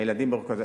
במרכזים.